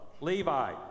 Levi